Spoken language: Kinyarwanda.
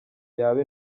yaba